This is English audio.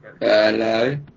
Hello